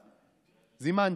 זימנת.